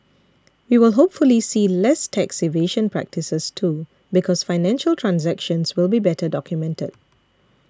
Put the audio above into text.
we will hopefully see less tax evasion practices too because financial transactions will be better documented